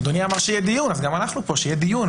אדוני אמר שיהיה דיון אז גם אנחנו פה כדי שיהיה דיון,